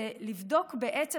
זה לבדוק בעצם,